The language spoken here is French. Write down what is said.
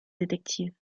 détective